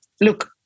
Look